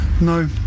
No